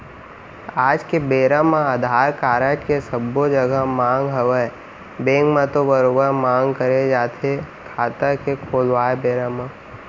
आज के बेरा म अधार कारड के सब्बो जघा मांग हवय बेंक म तो बरोबर मांग करे जाथे खाता के खोलवाय बेरा म